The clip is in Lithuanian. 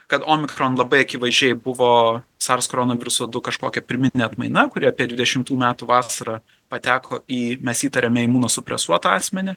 kad omikron labai akivaizdžiai buvo sars korono viruso du kažkokia primityvi atmaina kuri apie dvidešimtų metų vasarą pateko į mes įtariame imuno supresuotą asmenį